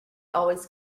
always